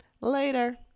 Later